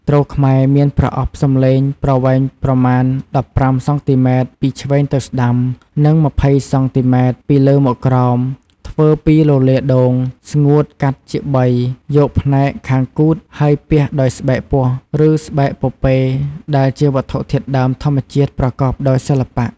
ទ្រខ្មែរមានប្រអប់សំឡេងប្រវែងប្រមាណ ១៥ សង់ទីម៉ែត្រ. ពីឆ្វេងទៅស្តាំ និង ២០ សង់ទីម៉ែត្រ. ពីលើមកក្រោម ធ្វើពីលលាដ៍ដូងស្ងួតកាត់ជាបីយកផ្នែកខាងគូទហើយពាសដោយស្បែកពស់ឬស្បែកពពែដែលជាវត្ថុធាតុដើមធម្មជាតិប្រកបដោយសិល្បៈ។